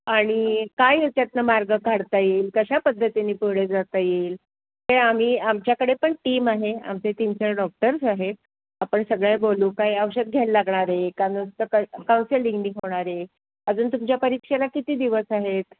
आणि काय याच्यातनं मार्ग काढता येईल कशा पद्धतीने पुढे जाता येईल ते आम्ही आमच्याकडे पण टीम आहे आमचे तीन चार डॉक्टर्स आहेत आपण सगळे बोलू काही औषध घ्यायला लागणार आहे का नंतर काय काउन्सेलिंगने होणार आहे अजून तुमच्या परीक्षेला किती दिवस आहेत